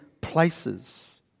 places